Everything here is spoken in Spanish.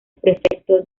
prefecto